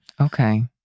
okay